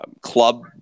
club